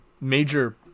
major